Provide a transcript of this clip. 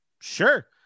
sure